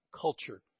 culture